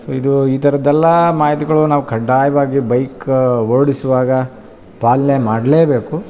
so ಇದು ಈ ಥರದ್ದೆಲ್ಲ ಮಾಹಿತಿಗಳು ನಾವು ಕಡ್ಡಾಯವಾಗಿ ಬೈಕ ಓಡಿಸುವಾಗ ಪಾಲನೆ ಮಾಡಲೇ ಬೇಕು